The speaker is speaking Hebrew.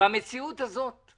במציאות שהוא